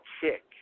chick